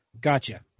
gotcha